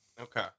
Okay